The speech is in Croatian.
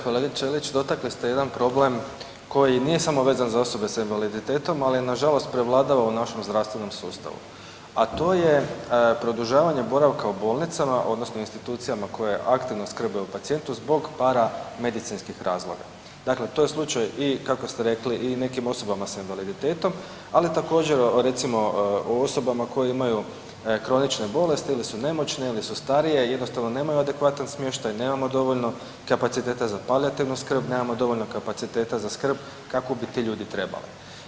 Kolege Ćelić dotakli ste jedan problem koji nije samo vezan za osobe sa invaliditetom ali nažalost prevladava u našem zdravstvenom sustavu, a to je produžavanje boravka u bolnicama odnosno institucijama koje aktivno skrbe o pacijentu zbog paramedicinskih razloga, dakle to je slučaj i kako ste rekli i nekim osobama s invaliditetom, ali također recimo o osobama koje imaju kronične bolesti ili su nemoćne ili su starije, jednostavno nemaju adekvatan smještaj, nemamo dovoljno kapaciteta za palijativnu skrb, nemamo dovoljno kapaciteta za skrb kakvu bi ti ljudi trebali.